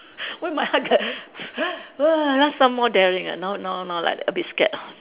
why my heart dare !wah! last time more daring ah now now now like a bit scared ah